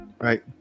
right